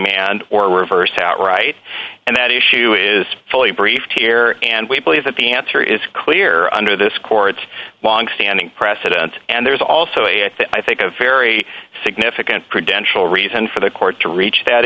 reversed outright and that issue is fully briefed here and we believe that the answer is clear under this court's longstanding precedent and there's also a i think a very significant prudential reason for the court to reach that